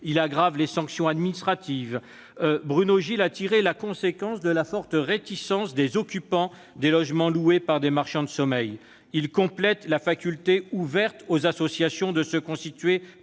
et aggrave les sanctions administratives. Bruno Gilles a tiré les conséquences de la forte réticence des occupants des logements loués par des marchands de sommeil. Il complète ainsi la faculté ouverte aux associations de se constituer